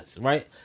Right